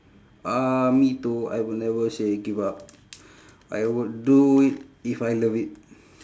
uh me too I will never say give up I would do it if I love it